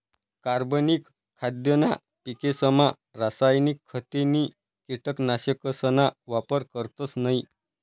कार्बनिक खाद्यना पिकेसमा रासायनिक खते नी कीटकनाशकसना वापर करतस नयी